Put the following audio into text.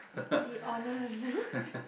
be honest